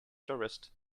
tourists